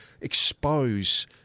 expose